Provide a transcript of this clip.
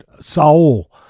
saul